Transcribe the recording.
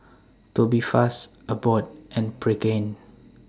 Tubifast Abbott and Pregain